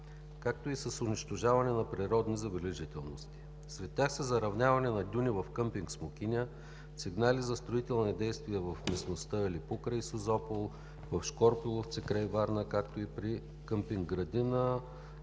както и с унищожаване на природни забележителности. Сред тях са заравняване на дюни в къмпинг „Смокиня“, сигнали за строителни действия в местността Алепу, край Созопол, в Шкорпиловци край Варна, както и при къмпинг „Градина“